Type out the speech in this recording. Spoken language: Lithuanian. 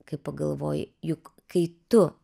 kai pagalvoji juk kai tu